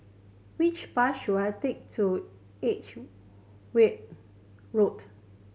which bus should I take to Edgeware Road